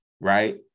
Right